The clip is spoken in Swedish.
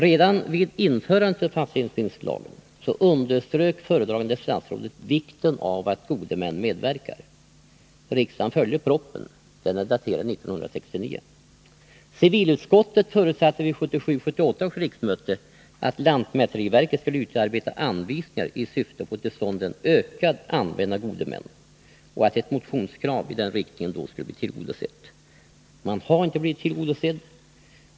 Redan vid införandet av fastighetsbildningslagen underströk föredragande statsrådet vikten av att gode män medverkar. Riksdagen följde propositionen, som är daterad 1969. Civilutskottet förutsatte vid 1977/78 års riksmöte att lantmäteriverket skulle utarbeta anvisningar i syfte att få till stånd en ökad användning av gode män och att ett motionskrav i den riktningen då skulle bli tillgodosett. Motionskravet har dock inte blivit tillgodosett.